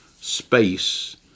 space